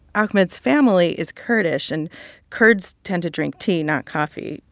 ahmed's family is kurdish, and kurds tend to drink tea not coffee.